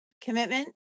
commitment